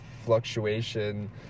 fluctuation